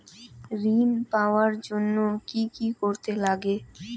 ঋণ পাওয়ার জন্য কি কি করতে লাগে?